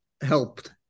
helped